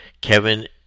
Kevin